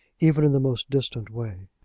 even in the most distant way.